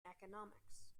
economics